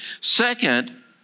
Second